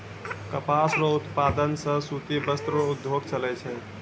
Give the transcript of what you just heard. कपास रो उप्तादन से सूती वस्त्र रो उद्योग चलै छै